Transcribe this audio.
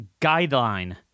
guideline